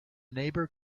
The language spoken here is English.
neighbour